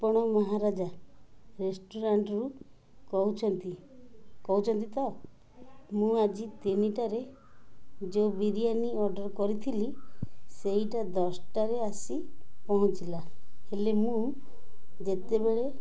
ଆପଣ ମହାରାଜା ରେଷ୍ଟୁରାଣ୍ଟ୍ରୁ କହୁଛନ୍ତି କହୁଛନ୍ତି ତ ମୁଁ ଆଜି ତିନିଟାରେ ଯୋଉ ବିରିୟାନୀ ଅର୍ଡ଼ର୍ କରିଥିଲି ସେଇଟା ଦଶଟାରେ ଆସି ପହଞ୍ଚିଲା ହେଲେ ମୁଁ ଯେତେବେଳେ